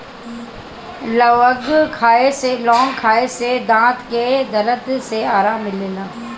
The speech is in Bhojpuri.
लवंग खाए से दांत के दरद में आराम मिलेला